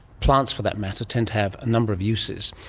plants for that matter, tend to have a number of uses.